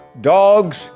dogs